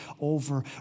over